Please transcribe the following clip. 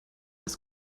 als